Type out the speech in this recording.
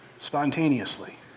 spontaneously